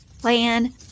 plan